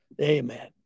Amen